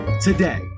today